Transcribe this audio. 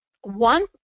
one